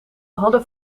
hadden